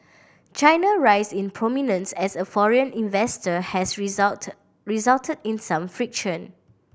China rise in prominence as a foreign investor has result result in some friction